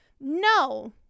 No